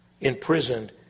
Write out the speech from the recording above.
Imprisoned